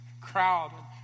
crowd